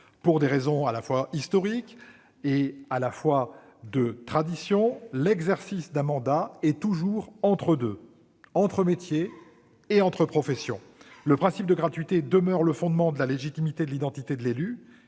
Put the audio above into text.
pour des raisons à la fois historiques et liées à la tradition, l'exercice d'un mandat est toujours un entre-deux : entre métier et entre profession. Le principe de gratuité demeure le fondement de la légitimité de l'identité de l'élu,